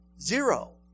Zero